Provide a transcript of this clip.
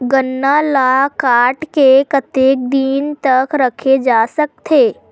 गन्ना ल काट के कतेक दिन तक रखे जा सकथे?